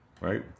Right